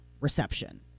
reception